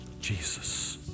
Jesus